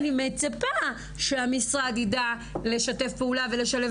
אני מצפה שהמשרד ידע לשתף פעולה ולשלב